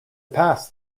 past